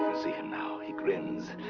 see him now. he grins!